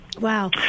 Wow